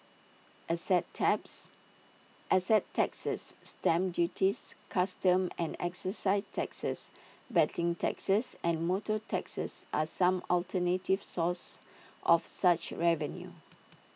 asset taps asset taxes stamp duties customs and exercise taxes betting taxes and motor taxes are some alternative sources of such revenue